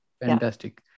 fantastic